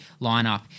lineup